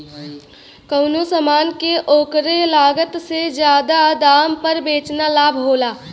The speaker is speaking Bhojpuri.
कउनो समान के ओकरे लागत से जादा दाम पर बेचना लाभ होला